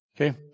Okay